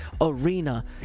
arena